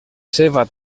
seva